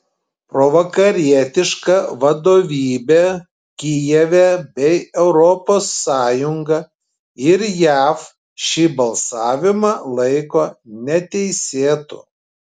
provakarietiška vadovybė kijeve bei europos sąjunga ir jav šį balsavimą laiko neteisėtu